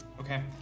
Okay